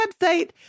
website